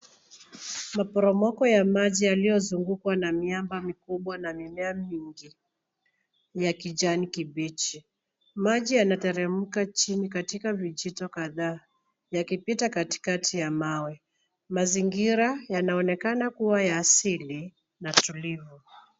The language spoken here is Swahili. Maporomoko ya maji yaliyozungukwa na miamba mikubwa na mimea mingi ya kijani kibichi. Maji yana teremka chini katika vijito kadhaa yakipita katikati ya mawe. Mazingira yanaonekana kuwa ya asili na tulivu.